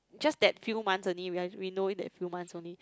just that few months only we had we know it that few months only